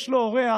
יש לו אורח